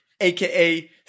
aka